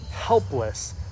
helpless